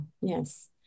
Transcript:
yes